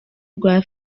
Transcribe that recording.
rwa